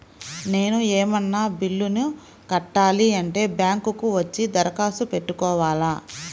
నేను ఏమన్నా బిల్లును కట్టాలి అంటే బ్యాంకు కు వచ్చి దరఖాస్తు పెట్టుకోవాలా?